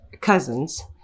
cousins